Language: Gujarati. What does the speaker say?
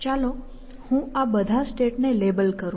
ચાલો હું આ બધા સ્ટેટ ને લેબલ કરું